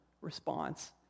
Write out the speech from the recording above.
response